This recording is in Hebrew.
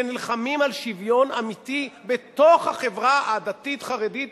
שנלחמים על שוויון אמיתי בתוך החברה הדתית-חרדית